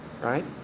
right